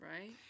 Right